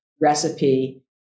recipe